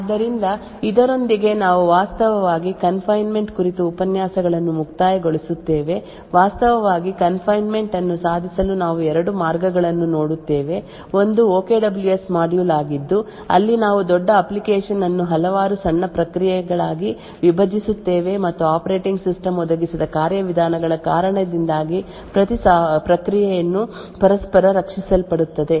ಆದ್ದರಿಂದ ಇದರೊಂದಿಗೆ ನಾವು ವಾಸ್ತವವಾಗಿ ಕನ್ ಫೈನ್ಮೆಂಟ್ ಕುರಿತು ಉಪನ್ಯಾಸಗಳನ್ನು ಮುಕ್ತಾಯಗೊಳಿಸುತ್ತೇವೆ ವಾಸ್ತವವಾಗಿ ಕನ್ ಫೈನ್ಮೆಂಟ್ ಅನ್ನು ಸಾಧಿಸಲು ನಾವು ಎರಡು ಮಾರ್ಗಗಳನ್ನು ನೋಡುತ್ತೇವೆ ಒಂದು O K W S module ಆಗಿದ್ದು ಅಲ್ಲಿ ನಾವು ದೊಡ್ಡ ಅಪ್ಲಿಕೇಶನ್ ಅನ್ನು ಹಲವಾರು ಸಣ್ಣ ಪ್ರಕ್ರಿಯೆಗಳಾಗಿ ವಿಭಜಿಸುತ್ತೇವೆ ಮತ್ತು ಆಪರೇಟಿಂಗ್ ಸಿಸ್ಟಮ್ ಒದಗಿಸಿದ ಕಾರ್ಯವಿಧಾನಗಳ ಕಾರಣದಿಂದಾಗಿ ಪ್ರತಿ ಪ್ರಕ್ರಿಯೆಯನ್ನು ಪರಸ್ಪರ ರಕ್ಷಿಸಲ್ಪಡುತ್ತದೆ